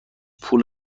پول